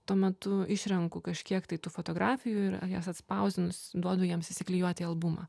tuo metu išrenku kažkiek tai tų fotografijų ir jas atspausdinus duodu jiems įsiklijuot į albumą